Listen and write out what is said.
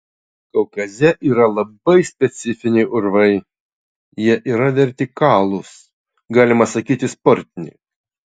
kaukaze yra labai specifiniai urvai jie yra vertikalūs galima sakyti sportiniai